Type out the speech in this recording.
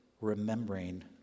remembering